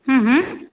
हूँ हूँ